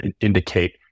indicate